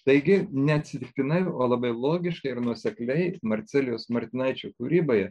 taigi neatsitiktinai o labai logiškai ir nuosekliai marcelijaus martinaičio kūryboje